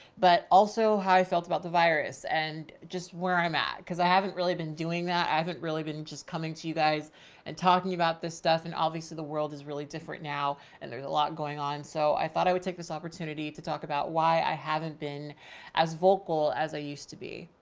but also how i felt about the virus and just where i'm at. cause i haven't really been doing that. i haven't really been just coming to you guys and talking about this stuff. and obviously the world is really different now and there's a lot going on. so i thought i would take this opportunity to talk about why i haven't been as vocal as i used to be.